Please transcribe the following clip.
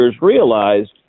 realized